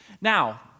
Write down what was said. Now